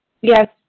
Yes